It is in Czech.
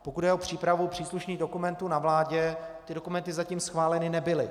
Pokud jde o přípravu příslušných dokumentů na vládě, ty dokumenty zatím schváleny nebyly.